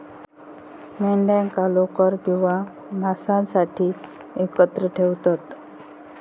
मेंढ्यांका लोकर किंवा मांसासाठी एकत्र ठेवतत